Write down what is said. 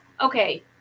Okay